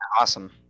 awesome